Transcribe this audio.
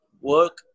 work